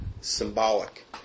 symbolic